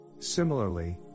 Similarly